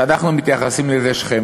שאנחנו מתייחסים לזה, שכם.